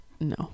no